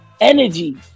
energy